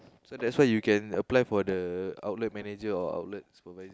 so that's why you can apply for the outlet manger or outlet supervisor